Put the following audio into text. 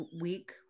week